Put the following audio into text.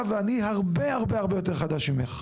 ואני הרבה יותר חדש ממך.